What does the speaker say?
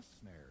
snare